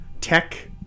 tech